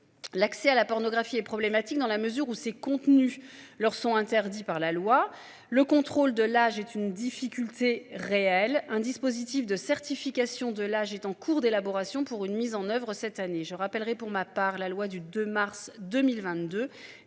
L'accès à la pornographie est problématique dans la mesure où ces contenus leur sont interdits par la loi. Le contrôle de l'âge est une difficulté réelle, un dispositif de certification de l'âge est en cours d'élaboration pour une mise en oeuvre cette année je rappellerai pour ma part la loi du 2 mars 2022,